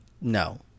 No